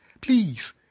Please